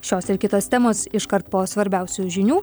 šios ir kitos temos iškart po svarbiausių žinių